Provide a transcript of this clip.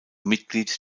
mitglied